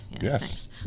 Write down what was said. Yes